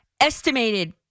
estimated